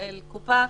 למנהל קופה,